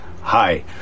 Hi